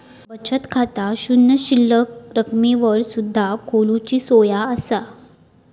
बचत खाता शून्य शिल्लक रकमेवर सुद्धा खोलूची सोया असा